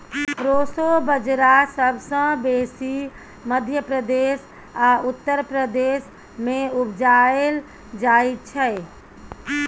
proso बजरा सबसँ बेसी मध्य प्रदेश आ उत्तर प्रदेश मे उपजाएल जाइ छै